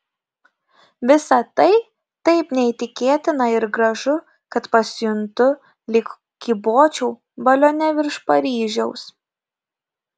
visa tai taip neįtikėtina ir gražu kad pasijuntu lyg kybočiau balione virš paryžiaus